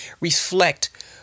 reflect